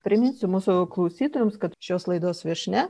priminsiu mūsų klausytojams kad šios laidos viešnia